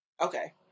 Okay